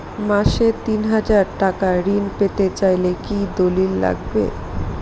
মাসে তিন হাজার টাকা ঋণ পেতে চাইলে কি দলিল লাগবে?